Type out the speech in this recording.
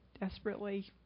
desperately